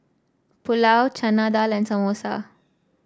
Pulao Chana Dal and Samosa